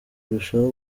birushaho